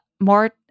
more